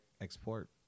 export